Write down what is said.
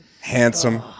handsome